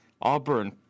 Auburn